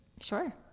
Sure